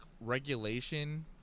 regulation